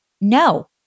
No